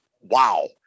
wow